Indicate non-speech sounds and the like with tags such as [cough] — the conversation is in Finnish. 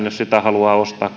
[unintelligible] jos sitä haluaa ostaa [unintelligible]